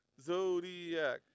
Zodiac